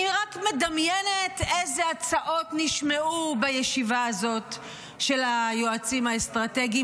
אני רק מדמיינת איזה הצעות נשמעו בישיבה הזאת של היועצים האסטרטגיים